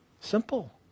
Simple